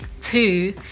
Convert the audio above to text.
Two